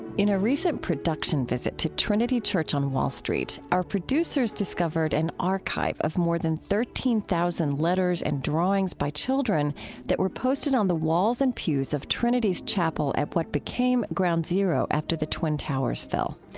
in a recent production visit to trinity church on wall street, our producers discovered an archive of more than thirteen thousand letters and drawings by children that were posted on the walls and pews of trinity's chapel at what became ground zero after the twin towers fell.